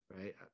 right